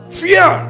fear